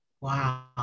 Wow